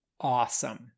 awesome